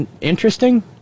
interesting